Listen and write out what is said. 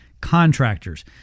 contractors